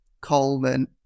Coleman